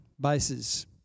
bases